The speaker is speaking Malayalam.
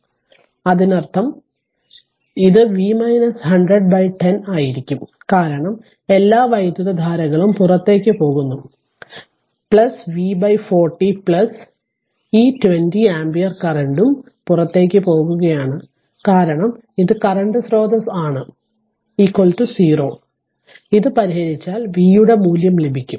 അതിനാൽ അതിനർത്ഥം ഇത് V 10010 ആയിരിക്കും കാരണം എല്ലാ വൈദ്യുതധാരകളും പുറത്തേക്കു പോകുന്നു V 40 ഈ 20 ആമ്പിയർ കറന്റും പുറത്തേക്കു പോകുകയാണ് കാരണം ഇത് കറന്റ് സ്രോതസ്സ് ആണ് 0 ഇത് പരിഹരിച്ചാൽ V യുടെ മൂല്യം ലഭിക്കും